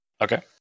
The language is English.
Okay